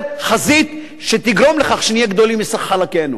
חזית שתגרום לכך שנהיה גדולים מסך חלקינו.